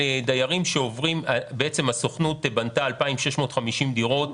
הסוכנות בנתה 2,650 דירות.